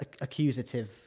accusative